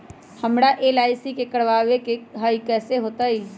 हमरा एल.आई.सी करवावे के हई कैसे होतई?